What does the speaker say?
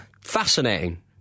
Fascinating